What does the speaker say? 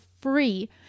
Free